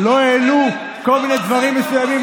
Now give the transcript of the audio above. לא העלו כל מיני דברים מסוימים,